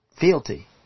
fealty